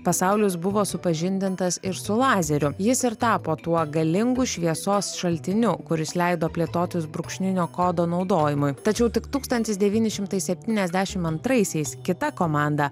pasaulis buvo supažindintas ir su lazeriu jis ir tapo tuo galingu šviesos šaltiniu kuris leido plėtotis brūkšninio kodo naudojimui tačiau tik tūkstantis devyni šimtai septyniasdešim antraisiais kita komanda